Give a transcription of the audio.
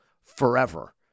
Forever